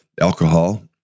alcohol